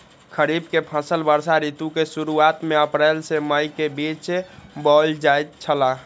खरीफ के फसल वर्षा ऋतु के शुरुआत में अप्रैल से मई के बीच बौअल जायत छला